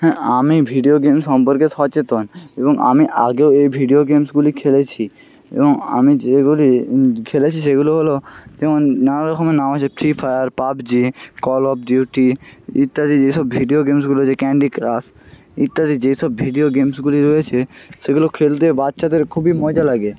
হ্যাঁ আমি video game সম্পর্কে সচেতন এবং আমি আগেও এই ভিডিও গেমসগুলি খেলেছি এবং আমি যেইগুলি খেলেছি সেগুলো হলো তেমন নানা রকমের নাম আছে free fire PUBG call of duty ইত্যাদি যেসব ভিডিও গেমসগুলো যে ক্যান্ডিক্রাশ ইত্যাদি যেসব ভিডিও গেমসগুলি রয়েছে সেগুলো খেলতে বাচ্চাদের খুবই মজা লাগে